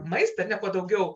maistą ar ne kuo daugiau